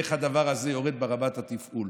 איך הדבר הזה יורד ברמת התפעול.